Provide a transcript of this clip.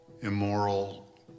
immoral